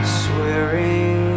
swearing